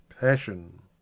PASSION